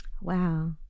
wow